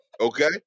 Okay